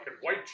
white